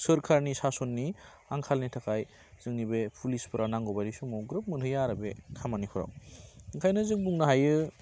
सोरखारनि सास'ननि आंखालनि थाखाय जोंनि बे पुलिसफ्रा नांगौबायदि समाव ग्रोब मोनहैया आरो बे खामानिफोराव ओंखायनो जों बुंनो हायो